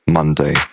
Monday